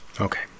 Okay